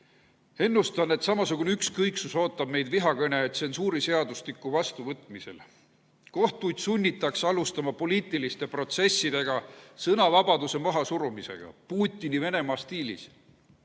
ennustan, et samasugune ükskõiksus ootab meid vihakõne tsensuuriseadustiku vastuvõtmisel. Kohtuid sunnitakse alustama poliitilisi protsesse sõnavabaduse mahasurumisega Putini-Venemaa stiilis.